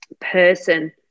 person